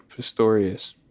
Pistorius